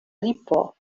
ripo